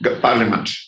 Parliament